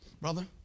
brother